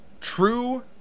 true